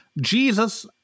Jesus